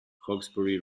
hawkesbury